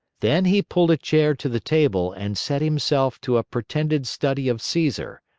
then he pulled a chair to the table and set himself to a pretended study of caesar.